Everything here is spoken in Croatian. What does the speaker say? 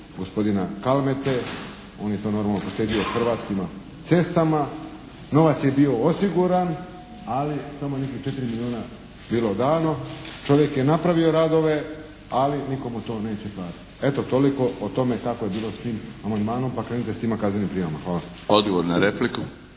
gospodina Kalmete, on je to normalno proslijedio Hrvatskim cestama, novac je bio osiguran ali je samo nekih 4 milijuna bilo dano. Čovjek je napravio radove ali nitko mu to neće platiti. Eto, toliko o tome kako je bilo tim amandmanom pa krenite s tim kaznenim prijavama. Hvala. **Milinović,